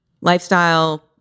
lifestyle